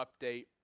update